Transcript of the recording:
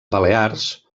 balears